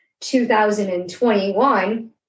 2021